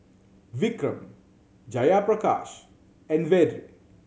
Vikram Jayaprakash and Vedre